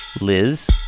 Liz